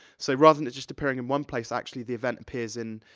so rather than just appearing in one place, actually, the event appears in,